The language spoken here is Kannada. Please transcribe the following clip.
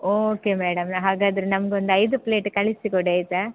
ಓಕೆ ಮೇಡಮ್ ಹಾಗಾದರೆ ನಮಗೊಂದು ಐದು ಪ್ಲೇಟ್ ಕಳಿಸಿಕೊಡಿ ಆಯಿತಾ